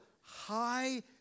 high